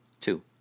Two